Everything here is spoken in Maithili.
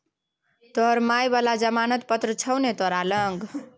तोहर माय बला जमानत पत्र छौ ने तोरा लग